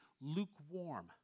lukewarm